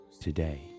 Today